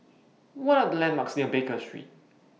What Are The landmarks near Baker Street